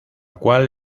cual